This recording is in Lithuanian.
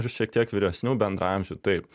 šiek tiek vyresnių bendraamžių taip